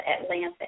Atlanta